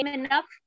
enough